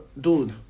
dude